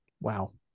Wow